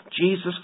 Jesus